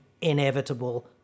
inevitable